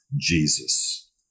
Jesus